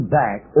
back